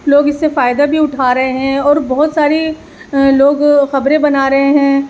لوگ اس سے فائدہ بھی اٹھا رہے ہیں اور بہت سارے لوگ خبریں بھی بنا رہے ہیں